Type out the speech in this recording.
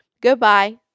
goodbye